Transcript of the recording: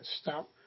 Stop